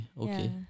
okay